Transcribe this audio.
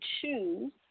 choose